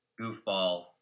goofball